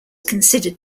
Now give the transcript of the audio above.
considered